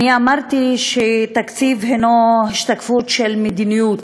אני אמרתי שתקציב הוא השתקפות של מדיניות.